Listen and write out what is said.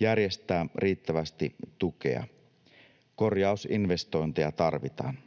järjestää riittävästi tukea. Korjausinvestointeja tarvitaan.